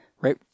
Right